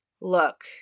Look